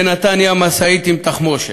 בנתניה, משאית עם תחמושת,